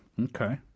Okay